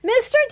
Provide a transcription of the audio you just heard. Mr